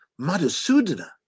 Madhusudana